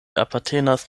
apartenas